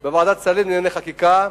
בוועדת שרים לענייני חקיקה.